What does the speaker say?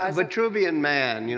um vitruvian man, you